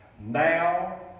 Now